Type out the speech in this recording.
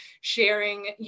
sharing